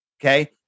okay